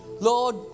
Lord